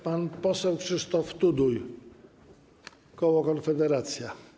Pan poseł Krzysztof Tuduj, koło Konfederacja.